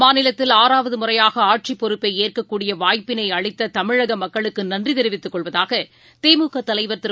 மாநிலத்தில் ஆறாவது முறையாக ஆட்சிப் பொறுப்பை ஏற்கக்கூடிய வாய்ப்பினை அளித்த தமிழக மக்களுக்கு நன்றி தெரிவித்துக் கொள்வதாக திமுக தலைவர் திரு